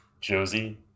Josie